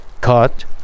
cut